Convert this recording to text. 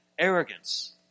arrogance